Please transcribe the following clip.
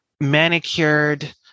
manicured